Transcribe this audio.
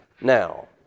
now